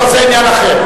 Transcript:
טוב, זה עניין אחר.